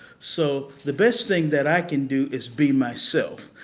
so, the best thing that i can do is be myself.